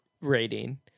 rating